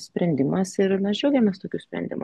sprendimas ir mes džiaugiamės tokiu sprendimu